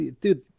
Dude